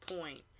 point